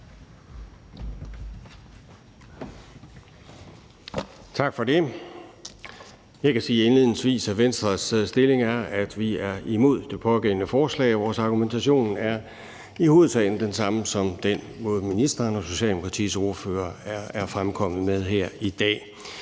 Tak for det. Jeg kan sige indledningsvis, at Venstres stilling er, at vi er imod det pågældende forslag, og at vores argumentation i hovedsagen er den samme, som ministeren og Socialdemokratiets ordfører er fremkommet med her i dag.